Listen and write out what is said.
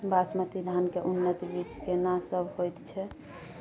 बासमती धान के उन्नत बीज केना सब होयत छै?